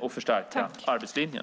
att förstärka arbetslinjen.